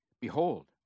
Behold